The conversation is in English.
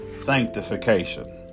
sanctification